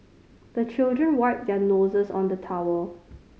the children wipe their noses on the towel